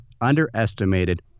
underestimated